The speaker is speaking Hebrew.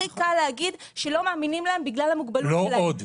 הכי קל להגיד שלא מאמינים להם בגלל המוגבלות שלהם.